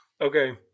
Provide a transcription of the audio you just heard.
Okay